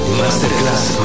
masterclass